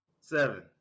seven